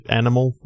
animal